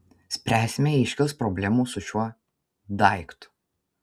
spręsime jei iškils problemų su šiuo daiktu